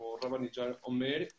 כמו שהרב אניג'ר אומר,